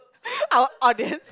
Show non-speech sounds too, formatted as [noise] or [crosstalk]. [noise] our audience